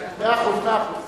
מאה אחוז.